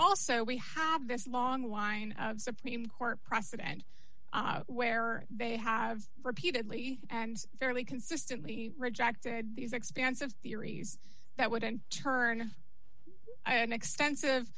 also we have this long line of supreme court precedent where they have repeatedly and fairly consistently rejected these expansive theories that wouldn't turn an extensive